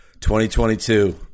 2022